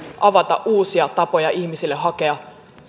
avata uusia tapoja ihmisille hakea